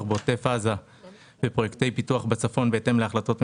בעוטף עזה ופרויקטי פיתוח בצפון בהתאם להחלטות ממשלה.